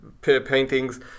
paintings